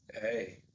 hey